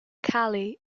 cali